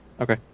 Okay